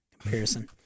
comparison